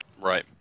Right